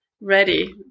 ready